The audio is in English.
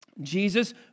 Jesus